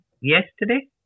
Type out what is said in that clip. yesterday